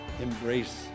Embrace